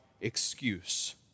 excuse